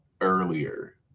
earlier